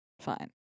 fine